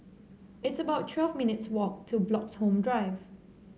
it's about twelve minutes' walk to Bloxhome Drive